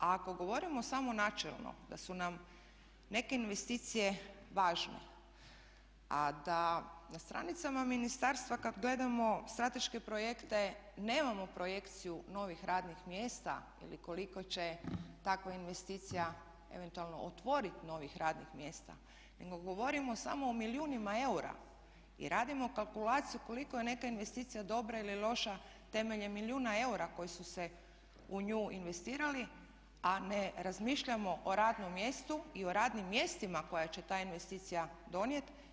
A ako govorimo samo načelno da su nam neke investicije važne, a da na stranicama ministarstva kad gledamo strateške projekte nemamo projekciju novih radnih mjesta ili koliko će takva investicija eventualno otvoriti novih radnih mjesta, nego govorimo samo o milijunima eura i radimo kalkulaciju koliko je neka investicija dobra ili loša temeljem milijuna eura koji su se u nju investirali, a ne razmišljamo o radnom mjestu i o radnim mjestima koja će ta investicija donijeti.